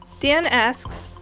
dan asks,